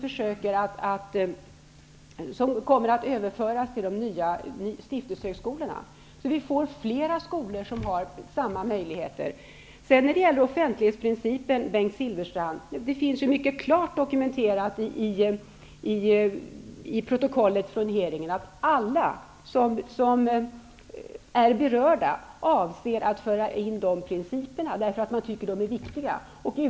Detta kommer att överföras till de nya stiftelsehögskolorna. Vi får då flera skolor med sådana möjligheter. När det gäller offentlighetsprincipen finns det, Bengt Silfverstrand, mycket klart dokumenterat i protokollet från regeringen att alla som är berörda avser att föra in den principen, eftersom man tycker att den är viktig.